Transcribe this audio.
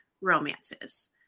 romances